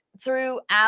throughout